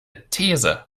these